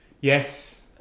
yes